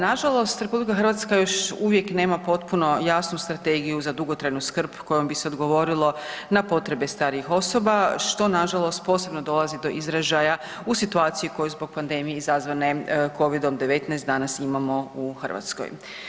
Nažalost, RH još uvijek nema potpuno jasnu strategiju za dugotrajnu skrb kojom bi se odgovorilo na potrebe starijih osoba, što nažalost posebno dolazi do izražaja u situaciji u kojoj zbog pandemije izazvane Covid-19 danas imamo u Hrvatskoj.